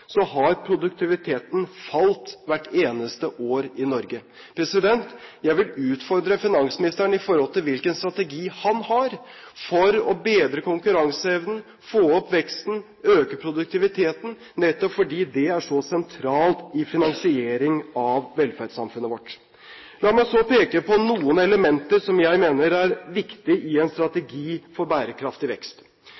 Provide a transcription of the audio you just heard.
så sentralt i finansieringen av velferdssamfunnet vårt. La meg så peke på noen elementer som jeg mener er viktig i en